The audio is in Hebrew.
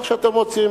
או איך שאתם רוצים,